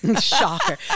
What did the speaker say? shocker